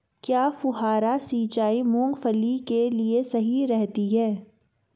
क्या फुहारा सिंचाई मूंगफली के लिए सही रहती है?